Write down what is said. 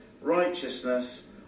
righteousness